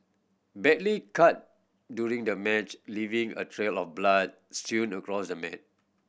badly cut during the match leaving a trail of blood strewn across the mat